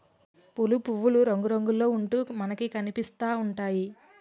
పులి పువ్వులు రంగురంగుల్లో ఉంటూ మనకనిపిస్తా ఉంటాయి